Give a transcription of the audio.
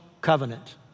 covenant